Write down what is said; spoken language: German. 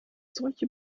solche